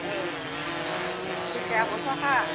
औ फैसाया हरफाखा